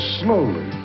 slowly